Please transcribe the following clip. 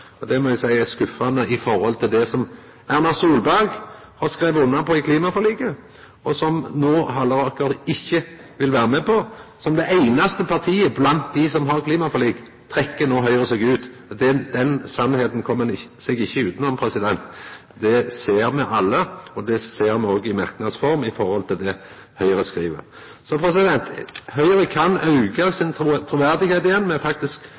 Det må eg seia er skuffande i forhold til det Erna Solberg har skrive under på i klimaforliket, og som no Halleraker ikkje vil vera med på. Som det einaste partiet blant dei som var med i klimaforliket, trekkjer Høgre seg no ut. Den sanninga kjem han seg ikkje utanom. Det ser me alle, og det ser me òg i det Høgre skriv i merknads form. Så Høgre